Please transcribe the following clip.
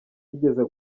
yigeze